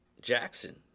Jackson